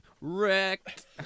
wrecked